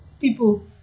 people